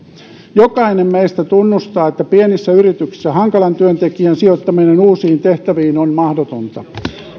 jokainen meistä tunnustaa että pienissä yrityksissä hankalan työntekijän sijoittaminen uusiin tehtäviin on mahdotonta